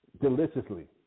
deliciously